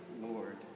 Lord